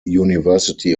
university